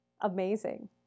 amazing